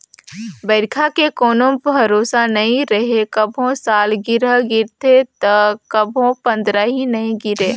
बइरखा के कोनो भरोसा नइ रहें, कभू सालगिरह गिरथे त कभू पंदरही नइ गिरे